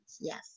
yes